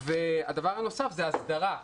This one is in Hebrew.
הדבר הנוסף הוא הסדרה.